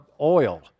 oil